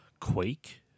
Quake